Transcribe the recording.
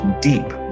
deep